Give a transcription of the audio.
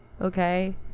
Okay